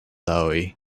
lowe